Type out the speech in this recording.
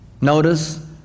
Notice